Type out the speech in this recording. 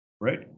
Right